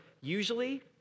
Usually